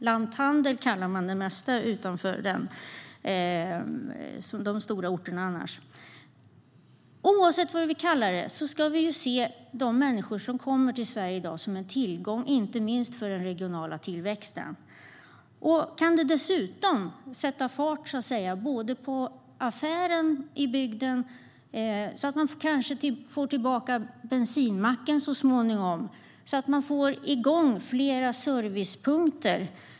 Lanthandel kallar man det mesta utanför de stora orterna. Oavsett vad vi kallar det ska vi se de människor som i dag kommer till Sverige som en tillgång, inte minst för den regionala tillväxten. Kan det sätta fart på affären i bygden kan man så småningom få tillbaka bensinmacken. På det viset får man igång flera servicepunkter.